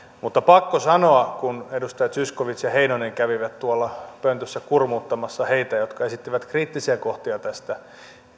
mutta kun edustaja zyskowicz ja heinonen kävivät tuolla pöntössä kurmuuttamassa heitä jotka esittävät kriittisiä kohtia tästä